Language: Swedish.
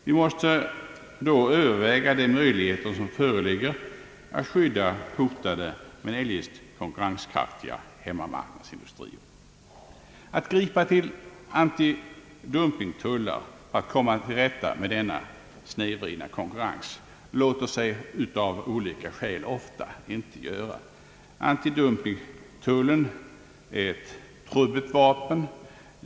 Vi måste då överväga de möjligheter som föreligger att skydda hotade men eljest konkurrenskraftiga hemmamarknadsindustrier. Att gripa till antidumpingtullar för att komma till rätta med denna snedvridna konkurrens låter sig av olika skäl ofta inte göra. Antidumpingtullen är ett trubbigt vapen.